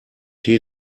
tee